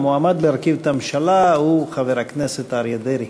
המועמד להרכיב את הממשלה הוא חבר הכנסת אריה דרעי.